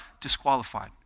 disqualified